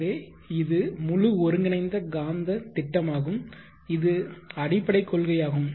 எனவே இது முழு ஒருங்கிணைந்த காந்தத் திட்டமாகும் இது அடிப்படைக் கொள்கையாகும்